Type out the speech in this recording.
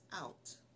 out